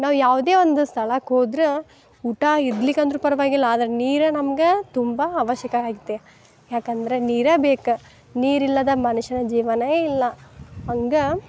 ನಾವು ಯಾವುದೇ ಒಂದು ಸ್ಥಳಕ್ಕೆ ಹೋದ್ರ ಊಟ ಇದ್ಲಿಕ್ಕಂದರು ಪರವಾಗಿಲ್ಲ ಆದ್ರೆ ನೀರು ನಮ್ಗೆ ತುಂಬ ಅವಶ್ಯಕ ಆಗತ್ತೆ ಯಾಕಂದ್ರೆ ನೀರು ಬೇಕು ನೀರಿಲ್ಲದ ಮನುಷ್ಯನ ಜೀವನೇ ಇಲ್ಲ ಹಂಗೆ